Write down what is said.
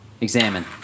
Examine